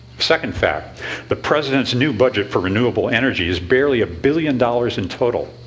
second fact the president's new budget for renewable energy is barely a billion dollars in total.